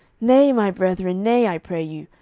nay, my brethren, nay, i pray you,